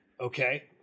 Okay